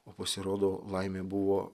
o pasirodo laimė buvo